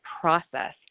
process